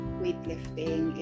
weightlifting